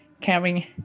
caring